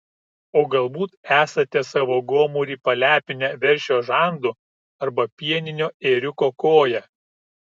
o galbūt esate savo gomurį palepinę veršio žandu arba pieninio ėriuko koja